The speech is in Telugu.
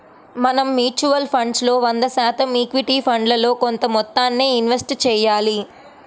మనం మ్యూచువల్ ఫండ్స్ లో వంద శాతం ఈక్విటీ ఫండ్లలో కొంత మొత్తాన్నే ఇన్వెస్ట్ చెయ్యాలి